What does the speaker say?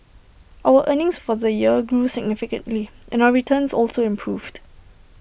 our earnings for the year grew significantly and our returns also improved